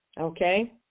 Okay